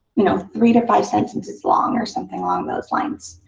you know, three to five sentences long or something along those lines.